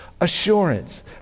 assurance